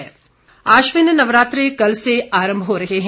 नवरात्रे आश्विन नवरात्रे कल से आरंभ हो रहे हैं